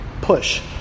push